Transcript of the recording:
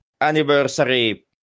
anniversary